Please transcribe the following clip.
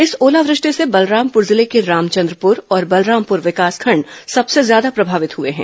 इस ओलावृष्टि से बलरामपुर जिले के रामचन्द्रपुर और बलरामपुर विकासखंड सबसे ज्यादा प्रभावित हुए हैं